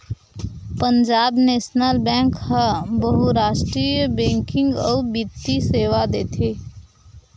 Punjab national bank ह बहुरास्टीय banking अउ बित्तीय सेवा देथे